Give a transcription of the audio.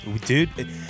Dude